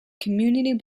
community